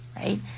right